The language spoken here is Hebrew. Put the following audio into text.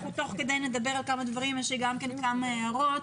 תוך כדי אנחנו נדבר על כמה דברים ונעיר כמה הערות.